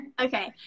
Okay